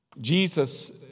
Jesus